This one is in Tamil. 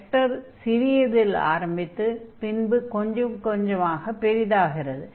வெக்டர் சிறியதில் ஆரம்பித்து பின்பு கொஞ்சம் கொஞ்சமாக பெரிதாகிறது